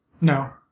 No